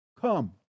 Come